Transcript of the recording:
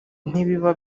ntibiba